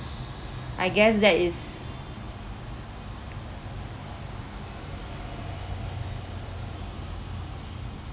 I guess that is